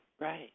right